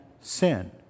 sin